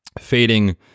fading